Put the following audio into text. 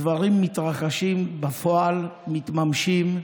הדברים מתרחשים בפועל, מתממשים: